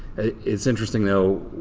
it is interesting though.